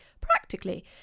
practically